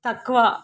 తక్కువ